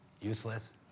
useless